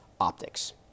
optics